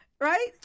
Right